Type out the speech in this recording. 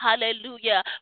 Hallelujah